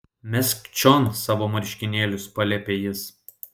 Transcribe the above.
mesk čion savo marškinėlius paliepė jis